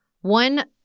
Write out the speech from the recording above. One